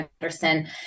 Anderson